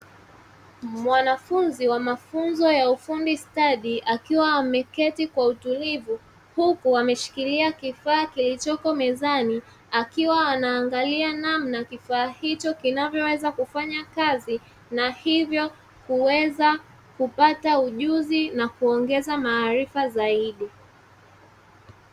Mwanafunzi wa mafunzo ya ufundi stadi akiwa ameketi kwa utulivu, huku ameshikilia kifaa kilichoko mezani akiwa anaangalia namna kifaa hicho kinavyoweza kufanya kazi na hivyo kuweza kupata ujuzi na kuongeza maarifa zaidi.